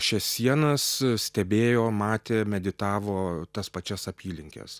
šias sienas stebėjo matė meditavo tas pačias apylinkes